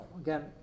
again